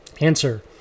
answer